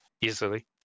easily